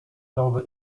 glaube